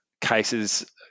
cases